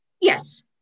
Yes